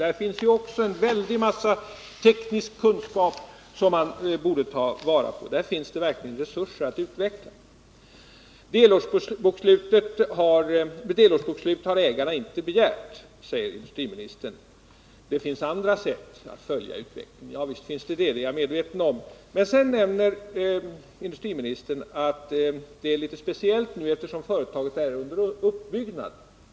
Där finns också en väldig massa teknisk kunskap som man borde ta vara på och resurser att utveckla. Delårsbokslut har ägarna inte begärt, säger industriministern. Det finns andra sätt att följa utvecklingen. Javisst, det finns det, det är jag medveten om. Men så nämner industriministern att det är litet speciellt nu eftersom företaget är under uppbyggnad.